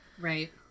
right